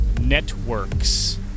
networks